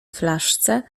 flaszce